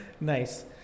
nice